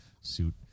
suit